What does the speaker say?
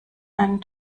einen